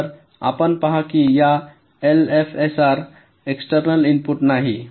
तर आपण पहा की या एलएफएसआरमध्ये एक्सटेर्नल इनपुट नाही